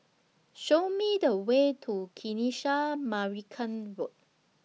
Show Me The Way to Kanisha Marican Road